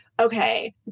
okay